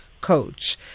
coach